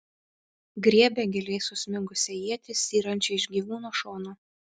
griebė giliai susmigusią ietį styrančią iš gyvūno šono